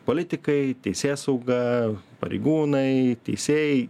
politikai teisėsauga pareigūnai teisėjai